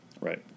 Right